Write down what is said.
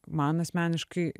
man asmeniškai